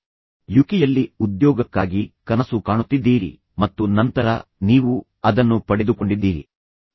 ನೀವು ಯಾವಾಗಲೂ ಯುಕೆ ಯಲ್ಲಿ ಉದ್ಯೋಗಕ್ಕಾಗಿ ಕನಸು ಕಾಣುತ್ತಿದ್ದೀರಿ ಮತ್ತು ನಂತರ ನೀವು ಅದನ್ನು ಪಡೆದುಕೊಂಡಿದ್ದೀರಿ ಆದ್ದರಿಂದ ನೀವು ಹೋಗುತ್ತಿದ್ದೀರಿ